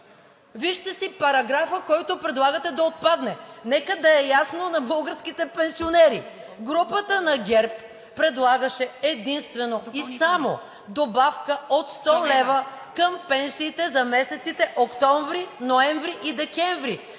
Вижте си параграфа, който предлагате да отпадне. Нека да е ясно на българските пенсионери – групата на ГЕРБ предлагаше единствено и само добавка от 100 лв. към пенсиите за месеците октомври, ноември и декември.